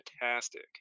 fantastic